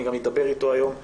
אני גם אדבר איתו היום טלפונית,